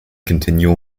continual